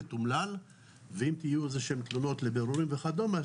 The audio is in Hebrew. תתומלל ואם יהיו איזה שהן תלונות לבירורים וכדומה,